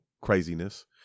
craziness